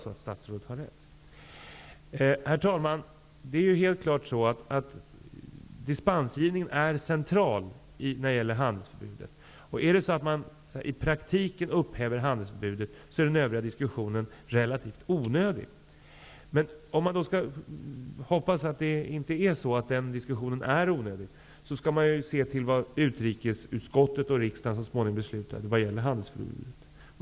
Dispensgivningen är helt klart en central punkt när det gäller handelsförbudet. Om man i praktiken upphäver handelsförbudet är den övriga diskussionen relativt onödig. Men om diskussionen -- vilket jag hoppas -- inte är onödig skall man ju se till vad utrikesutskottet och riksdagen så småningom beslutade vad gäller handelsförbudet.